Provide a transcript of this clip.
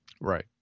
Right